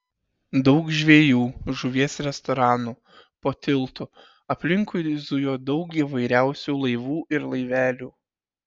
daug žvejų žuvies restoranų po tiltu aplinkui zujo daug įvairiausių laivų ir laivelių